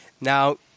Now